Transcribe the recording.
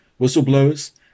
whistleblowers